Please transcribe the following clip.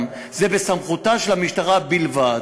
זה בסמכותה של המשטרה בלבד,